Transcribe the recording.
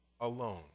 alone